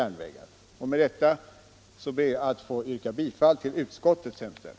Herr talman! Med detta yrkar jag bifall till utskottets hemställan.